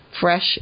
fresh